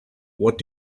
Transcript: what